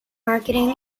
marketing